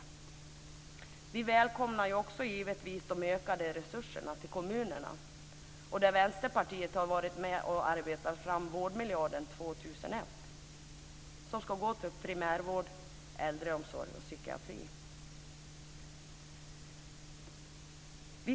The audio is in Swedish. Givetvis välkomnar vi också de ökade resurserna till kommunerna. Vänsterpartiet har varit med om att arbeta fram vårdmiljarden år 2001 som ska gå till primärvård, äldreomsorg och psykiatri.